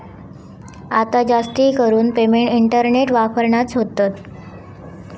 आता जास्तीकरून payment internet वापरानच होतत